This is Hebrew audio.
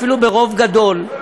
אפילו ברוב גדול,